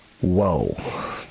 Whoa